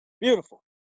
beautiful